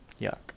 Yuck